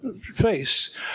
face